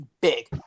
big